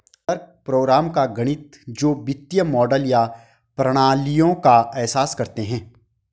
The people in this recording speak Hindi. कंप्यूटर प्रोग्राम का गणित जो वित्तीय मॉडल या प्रणालियों का एहसास करते हैं